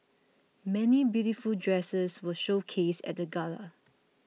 many beautiful dresses were showcased at the gala